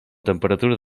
temperatura